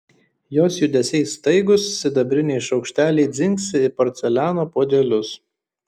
jos judesiai staigūs sidabriniai šaukšteliai dzingsi į porceliano puodelius